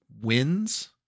wins